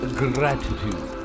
gratitude